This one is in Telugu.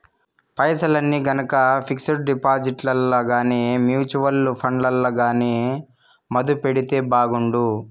పైసల్ని గనక పిక్సుడు డిపాజిట్లల్ల గానీ, మూచువల్లు ఫండ్లల్ల గానీ మదుపెడితే బాగుండు